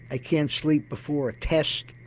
i can't sleep before a test,